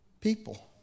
people